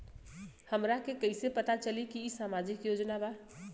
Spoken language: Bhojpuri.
हमरा के कइसे पता चलेगा की इ सामाजिक योजना बा?